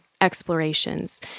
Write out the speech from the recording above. explorations